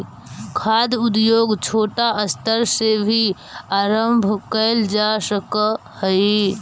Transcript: खाद्य उद्योग छोटा स्तर से भी आरंभ कैल जा सक हइ